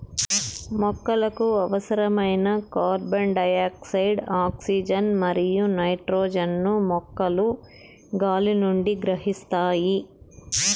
మొక్కలకు అవసరమైన carbon dioxide, oxygen మరియు నైట్రోజన్ ను మొక్కలు గాలి నుండి గ్రహిస్తాయి